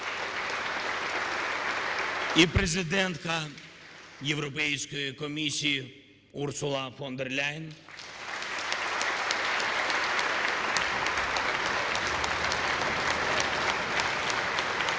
і президентка Європейської комісії Урсула фон дер Ляєн. (Оплески)